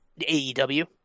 AEW